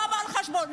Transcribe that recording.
לא בא בחשבון.